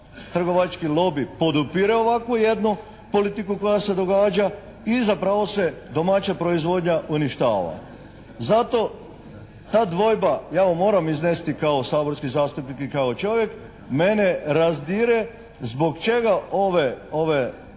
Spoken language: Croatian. trgovački lobi podupire ovako jednu politiku koja se događa i zapravo se domaća proizvodnja uništava. Zato ta dvojba, ja vam moram iznesti kao saborski zastupnik i kao čovek mene razdire zbog čega ove sve